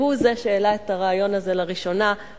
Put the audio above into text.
שהוא שהעלה את הרעיון הזה לראשונה,